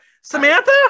Samantha